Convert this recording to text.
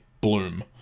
bloom